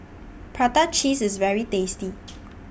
Prata Cheese IS very tasty